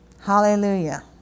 hallelujah